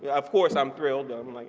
yeah of course i'm thrilled. i'm like,